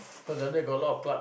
cause down there got a lot of plug